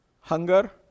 hunger